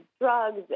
drugs